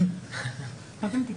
המכוערת,